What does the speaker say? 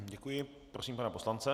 Děkuji, prosím pana poslance.